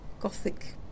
gothic